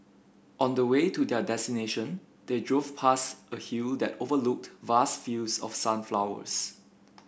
on the way to their destination they drove past a hill that overlooked vast fields of sunflowers